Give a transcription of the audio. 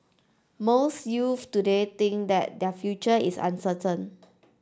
most youths today think that their future is uncertain